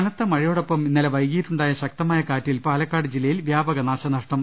കനത്ത മഴയോടൊപ്പം ഇന്നലെ വൈകീട്ടുണ്ടായ ശക്തമായ കാറ്റിൽ പാലക്കാട് ജില്ലയിൽ വ്യാപക നാശനഷ്ടം